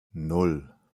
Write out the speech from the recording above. nan